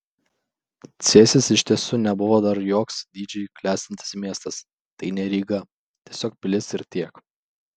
cėsis iš tiesų nebuvo dar joks didžiai klestintis miestas tai ne ryga tiesiog pilis ir tiek